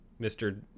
mr